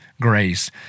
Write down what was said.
grace